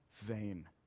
vain